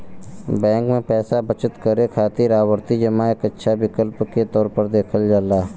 bank में पैसा बचत करे खातिर आवर्ती जमा एक अच्छा विकल्प के तौर पर देखल जाला